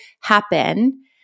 happen